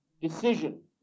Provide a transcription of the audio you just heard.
decision